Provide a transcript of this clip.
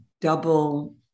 double